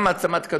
גם מעצמת כדורגל.